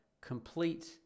complete